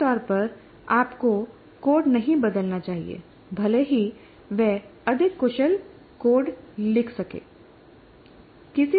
आम तौर पर आपको कोड नहीं बदलना चाहिए भले ही वह अधिक कुशल कोड लिख सके